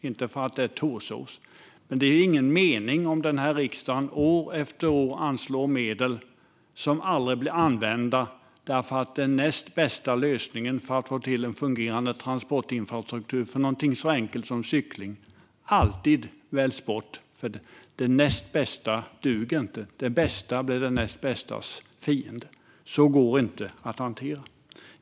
Det finns ingen mening med att denna riksdag år efter år anslår medel som aldrig blir använda, eftersom den näst bästa lösningen för att få till en fungerande transportinfrastruktur för någonting så enkelt som cykling alltid väljs bort. Det näst bästa duger inte; det bästa blir det näst bästas fiende. Så går det inte att hantera detta.